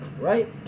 right